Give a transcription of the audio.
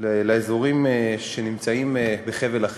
לאזורים שנמצאים בחבל-לכיש.